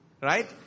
right